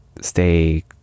stay